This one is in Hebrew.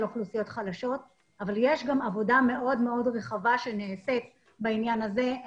אוכלוסיות חלשות אבל יש גם עבודה מאוד מאוד רחבה שנעשית בעניין הזה.